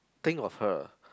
think of her